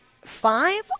five